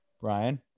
Brian